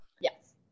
Yes